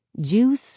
Juice